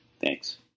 Thanks